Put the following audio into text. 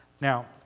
now